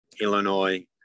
Illinois